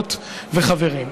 חברות וחברים.